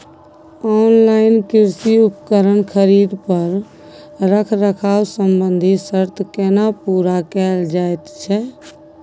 Online कृषि उपकरण खरीद पर रखरखाव संबंधी सर्त केना पूरा कैल जायत छै?